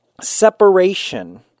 separation